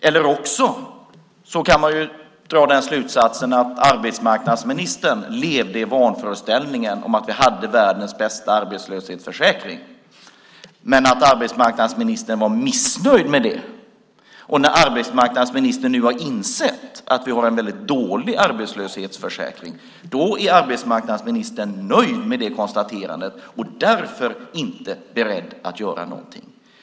Man kan också dra slutsatsen att arbetsmarknadsministern levde i vanföreställningen att vi hade världens bästa arbetslöshetsförsäkring men att arbetsmarknadsministern var missnöjd med det. När arbetsmarknadsministern nu har insett att vi har en väldigt dålig arbetslöshetsförsäkring är arbetsmarknadsministern nöjd med det konstaterandet och därför inte beredd att göra någonting.